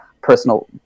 personal